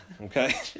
Okay